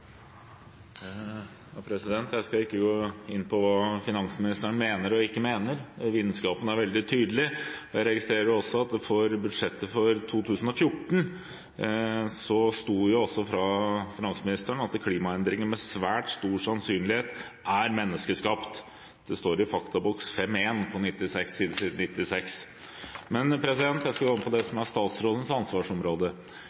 Jeg skal ikke gå inn på hva finansministeren mener og ikke mener. Vitenskapen er veldig tydelig. Jeg registrerer også at det i revidert nasjonalbudsjett for 2014 står skrevet fra finansministeren at klimaendringene med svært stor sannsynlighet er menneskeskapt. Det står i boks 5.1 på side 96. Men jeg skal gå over til det som er statsrådens ansvarsområde.